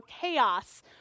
chaos